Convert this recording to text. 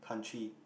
country